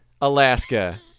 Alaska